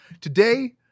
Today